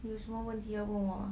有什么问题要问我